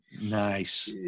Nice